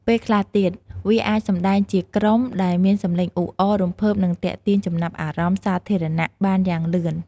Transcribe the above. ពេលខ្លះទៀត វាអាចសម្ដែងជាក្រុមដែលមានសំឡេងអ៊ូអរ រំភើប និងទាក់ទាញចំណាប់អារម្មណ៍សាធារណៈបានយ៉ាងលឿន។